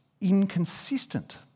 inconsistent